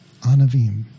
Anavim